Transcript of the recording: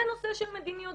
זה נושא של מדיניות,